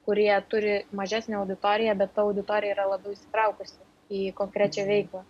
kurie turi mažesnę auditoriją bet ta auditorija yra labiau įsitraukusi į konkrečią veiklą